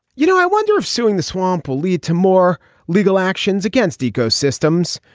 you know i wonder if suing the swamp will lead to more legal actions against eco systems.